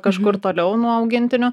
kažkur toliau nuo augintinių